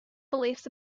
beliefs